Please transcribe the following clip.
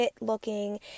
looking